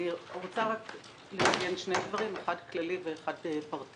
אני רוצה לציין שני דברים, אחד כללי ואחד פרטני.